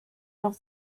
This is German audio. noch